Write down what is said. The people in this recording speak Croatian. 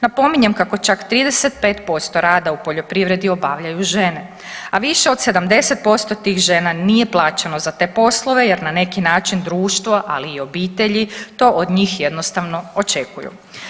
Napominjem kako čak 35% rada u poljoprivredi obavljaju žene, a više od 70% tih žena nije plaćeno za te poslove jer na neki način društvo ali i obitelji to od njih jednostavno očekuju.